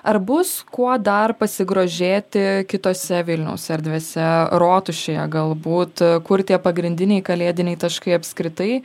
ar bus kuo dar pasigrožėti kitose vilniaus erdvėse rotušėje galbūt kur tie pagrindiniai kalėdiniai taškai apskritai